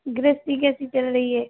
गृहस्थी कैसी चल रही है